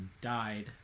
died